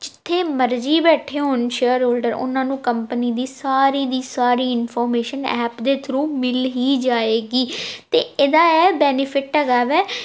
ਜਿੱਥੇ ਮਰਜ਼ੀ ਬੈਠੇ ਹੋਣ ਸ਼ੇਅਰ ਹੋਲਡਰ ਉਹਨਾਂ ਨੂੰ ਕੰਪਨੀ ਦੀ ਸਾਰੀ ਦੀ ਸਾਰੀ ਇਨਫੋਰਮੇਸ਼ਨ ਐਪ ਦੇ ਥਰੂ ਮਿਲ ਹੀ ਜਾਵੇਗੀ ਅਤੇ ਇਹਦਾ ਇਹ ਬੈਨੀਫਿਟ ਹੈਗਾ ਵੈ